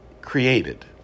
created